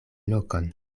lokon